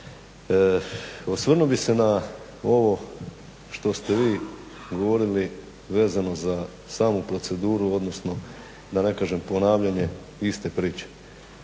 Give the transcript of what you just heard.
Osvrnuo bi se na ovo što ste vi govorili vezano za samu proceduru, odnosno da ne kažem ponavljanje iste priče.